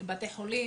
בתי חולים,